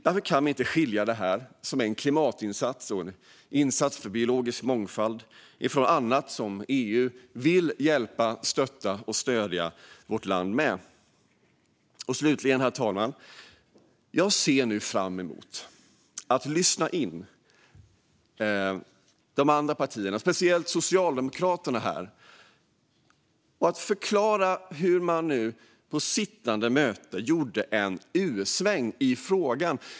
Därför kan vi inte skilja detta, som är en klimatinsats och insats för biologisk mångfald, från annat som EU vill hjälpa, stötta och stödja vårt land med. Herr talman! Jag ser nu fram emot att lyssna in de andra partierna, speciellt att Socialdemokraterna ska förklara varför de på sittande möte gjorde en U-sväng i frågan.